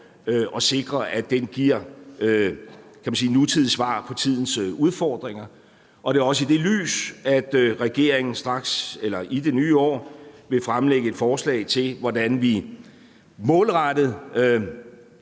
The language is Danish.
og sikret, at den giver nutidige svar på tidens udfordringer. Kl. 21:43 Det er også i det lys, at regeringen i det nye år vil fremlægge et forslag til, hvordan vi målrettet